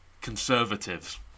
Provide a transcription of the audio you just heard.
conservatives